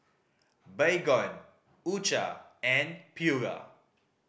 Baygon U Cha and Pura